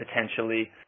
potentially